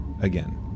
again